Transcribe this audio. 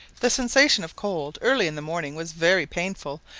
the sensation of cold early in the morning was very painful,